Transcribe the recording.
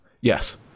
yes